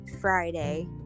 Friday